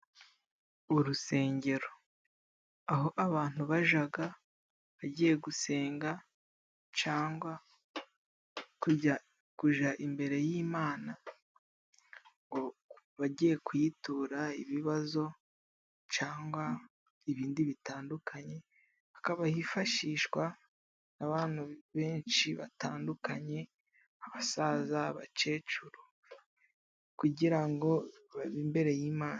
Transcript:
Urusengero : Aho abantu bajaga bagiye gusenga cangwa kujya guja imbere y'Imana ngo bagiye kuyitura ibibazo cangwa ibindi bitandukanye. Hakaba hifashishwa n'abantu benshi batandukanye : abasaza, abakecuru kugira ngo babe imbere y'Imana.